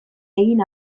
egin